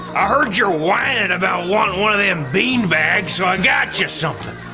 i heard your whining about one one of them bean bags, so i got just something.